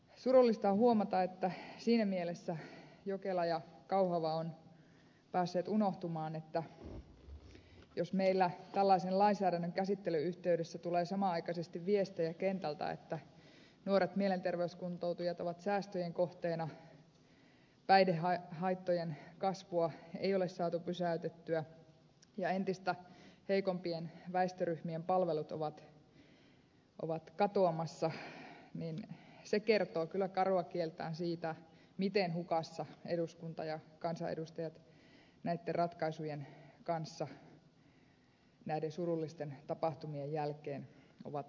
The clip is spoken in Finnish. surullista on huomata että siinä mielessä jokela ja kauhava ovat päässeet unohtumaan että jos meillä tällaisen lainsäädännön käsittelyn yhteydessä tulee samanaikaisesti viestejä kentältä että nuoret mielenterveyskuntoutujat ovat säästöjen kohteena päihdehaittojen kasvua ei ole saatu pysäytettyä ja entistä heikompien väestöryhmien palvelut ovat katoamassa niin se kertoo kyllä karua kieltään siitä miten hukassa eduskunta ja kansanedustajat näitten ratkaisujen kanssa näiden surullisten tapahtumien jälkeen ovat olleet